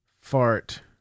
fart